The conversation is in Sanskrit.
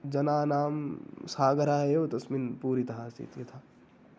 जनानां सागरः एव तस्मिन् पूरितः आसीत् यथा